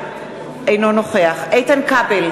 אינו נוכח איתן כבל,